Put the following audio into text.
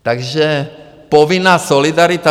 Takže povinná solidarita.